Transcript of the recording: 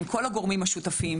עם כל הגורמים השותפים,